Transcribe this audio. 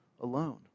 alone